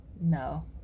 no